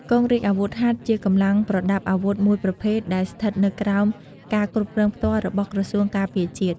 កងរាជអាវុធហត្ថជាកម្លាំងប្រដាប់អាវុធមួយប្រភេទដែលស្ថិតនៅក្រោមការគ្រប់គ្រងផ្ទាល់របស់ក្រសួងការពារជាតិ។